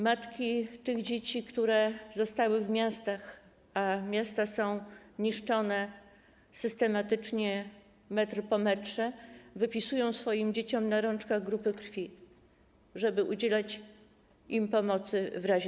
Matki tych dzieci, które zostały w miastach, a miasta są niszczone systematycznie metr po metrze, wypisują swoim dzieciom na rączkach grupy krwi, żeby udzielać im pomocy w razie